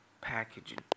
packaging